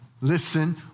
Listen